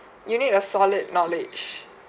you need a solid knowledge